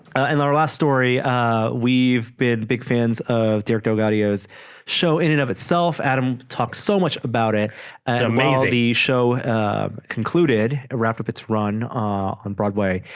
and our last story we've been big fans of derecho gallio's show in and of itself adam talked so much about it and amongst the show concluded a wrap-up it's run on broadway